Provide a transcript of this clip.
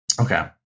Okay